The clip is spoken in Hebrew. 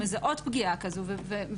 ושזאת תהיה הגדרה מאוד רחבה,